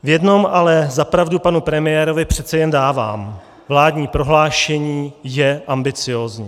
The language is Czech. V jednom ale za pravdu panu premiérovi přece jen dávám vládní prohlášení je ambiciózní.